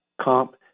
Comp